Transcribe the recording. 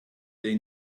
they